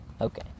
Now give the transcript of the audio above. Okay